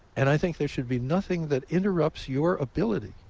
and i think there should be nothing that interrupts your ability